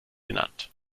genannt